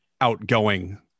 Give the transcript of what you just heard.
outgoing